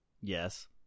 Yes